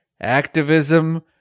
activism